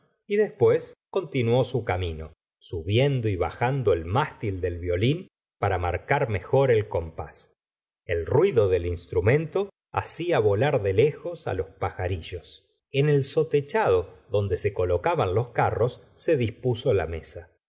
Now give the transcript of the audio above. y después continuó su camino subiendo y bajando el mstil del violín para marcar mejor el compás el ruido del instrumento hacía volar de lejos los paj arillos en el sotechado donde se colocaban los carros se dispuso la mesa